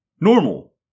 Normal